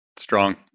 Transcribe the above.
Strong